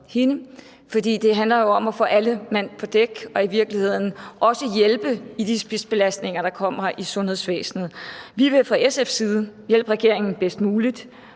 hende. For det handler jo om at få alle mand på dæk og i virkeligheden også hjælpe i forhold til de spidsbelastninger, der kommer i sundhedsvæsenet. Vi vil fra SF's side hjælpe regeringen bedst muligt,